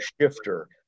shifter